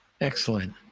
Excellent